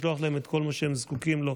לשלוח להם את כל מה שהם זקוקים לו,